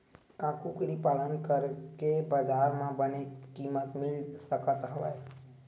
का कुकरी पालन करके बजार म बने किमत मिल सकत हवय?